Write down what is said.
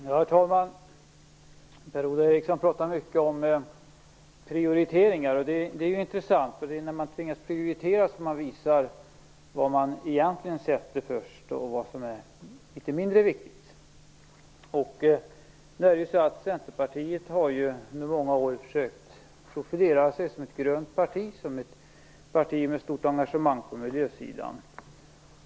Herr talman! Per-Ola Eriksson pratar mycket om prioriteringar. Det är intressant. Det är när man tvingas prioritera som man visar vad man egentligen sätter först och vad som är litet mindre viktigt. Centerpartiet har under många år försökt att profilera sig som ett grönt parti, som ett parti med stort engagemang på miljösidan.